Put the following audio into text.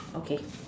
okay